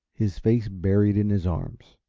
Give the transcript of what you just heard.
his face buried in his arms.